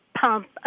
pump